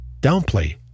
downplay